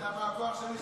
אתה יודע מה הכוח שלי?